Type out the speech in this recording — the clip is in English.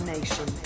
Nation